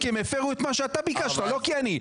כי הם הפרו את מה שאתה ביקשת, לא כי אני.